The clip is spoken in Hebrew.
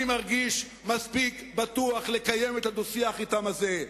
אני מרגיש מספיק בטוח לקיים את הדו-השיח הזה אתם.